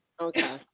okay